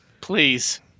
please